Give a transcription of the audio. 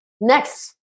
Next